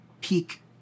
Peak